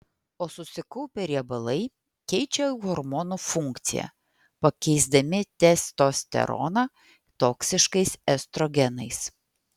o susikaupę riebalai keičia hormonų funkciją pakeisdami testosteroną toksiškais estrogenais